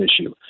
issue